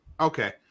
okay